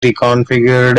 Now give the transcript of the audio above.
reconfigured